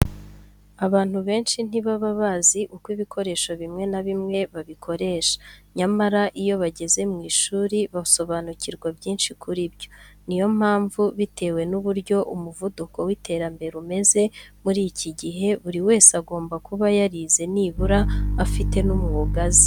Abantu benshi ntibaba bazi uko ibikoresho bimwe na bimwe babikoresha, nyamara iyo bageze mu ishuri basobanukirwa byinshi kuri byo. Ni yo mpamvu bitewe n'uburyo umuvuduko w'iterambere umeze muri iki gihe, buri wese agomba kuba yarize nibura afite n'umwuga azi.